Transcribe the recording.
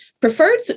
preferred